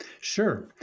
Sure